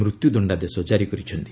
ମୃତ୍ୟୁ ଦଶ୍ଡାଦେଶ ଜାରି କରିଛନ୍ତି